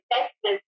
Texas